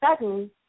sudden